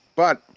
but,